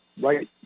right